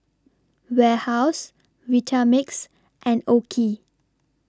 Warehouse Vitamix and OKI